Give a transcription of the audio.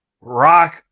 Rock